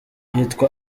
yitwa